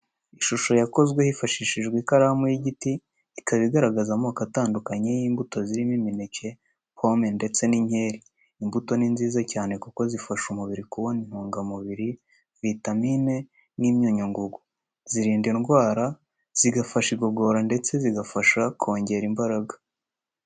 Ishusho yakozwe hifashishijwe ikaramu y'igiti ikaba igaragaza amoko atandukanye y'imbuto zirimo imineke, pome ndetse n'inkeri. Imbuto ni nziza cyane kuko zifasha umubiri kubona intungamubiri, vitamine n'imyunyungugu. Zirinda indwara, zigafasha mu igogora ndetse zigafasha kongera imbaraga.